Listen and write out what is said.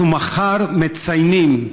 אנחנו מחר מציינים,